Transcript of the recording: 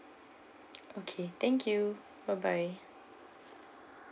okay thank you bye bye